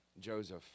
Joseph